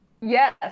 Yes